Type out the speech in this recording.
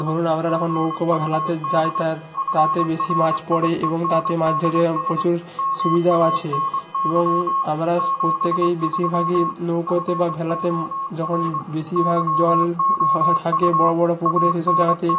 ধরুন আমরা তখন নৌকো বা ভেলাতে যাই তার তাতে বেশি মাছ পড়ে এবং তাতে মাছ ধরে প্রচুর সুবিধাও আছে এবং আমরা প্রত্যেকেই বেশিরভাগই নৌকোতে বা ভেলাতে যখন বেশিরভাগ জল থাকে বড় বড় পুকুরে সে সব জায়গাতে